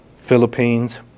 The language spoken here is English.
Philippines